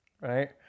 right